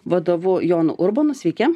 vadovu jonu urbonu sveiki